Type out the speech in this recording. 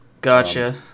Gotcha